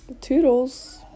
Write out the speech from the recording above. Toodles